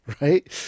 Right